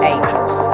Angels